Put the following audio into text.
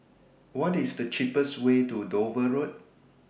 What IS The cheapest Way to Dover Road